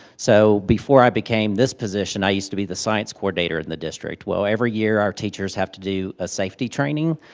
so before i became this position, i used to be the science coordinator in the district. well every year our teachers have to do a safety training.